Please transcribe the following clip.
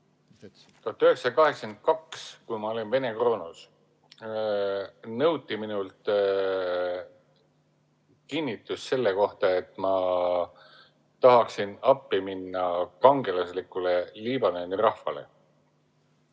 1982, kui ma olin Vene kroonus, nõuti minult kinnitust selle kohta, et ma tahan appi minna kangelaslikule Liibanoni rahvale.